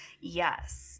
Yes